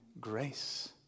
grace